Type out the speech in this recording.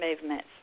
movements